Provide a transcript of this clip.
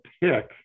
pick